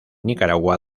nicaragua